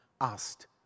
asked